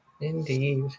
Indeed